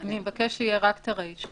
אני אבקש שיהיה רק הרישא.